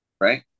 Right